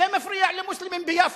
זה מפריע למוסלמים ביפו,